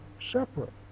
separate